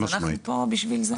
אז אנחנו פה בשביל זה.